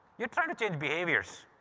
you're trying to change behaviors.